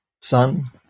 son